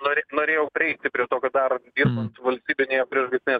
norė norėjau prieiti prie to ką daro dirbant su valstybinėje priešgaisrine